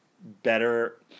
better